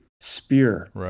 spear